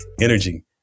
energy